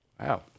Wow